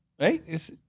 right